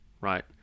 Right